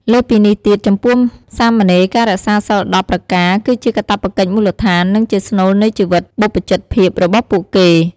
លើសពីនេះទៀត ចំពោះសាមណេរ ការរក្សា សីល ១០ ប្រការ គឺជាកាតព្វកិច្ចមូលដ្ឋាន និងជាស្នូលនៃជីវិតបព្វជិតភាពរបស់ពួកគេ។